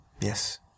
yes